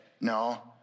no